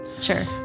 sure